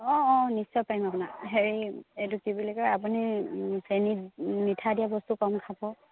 অঁ অঁ নিশ্চয় পাৰিম আপোনাক হেৰি এইটো কি বুলি কয় আপুনি চেনী মিঠা দিয়া বস্তু কম খাব